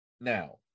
Now